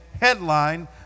headline